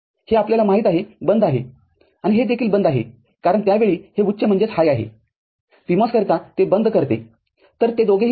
हे आपल्याला माहित आहे बंद आहे आणि हे देखील बंद आहे कारण त्यावेळी हे उच्च आहे PMOS करीता ते बंद करतेतर ते दोघेही बंद आहेत